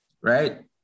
right